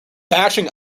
bashing